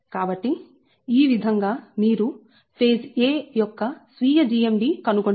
కాబట్టిఈ విధంగా మీరు ఫేజ్ a యొక్క స్వీయ GMD కనుగొంటారు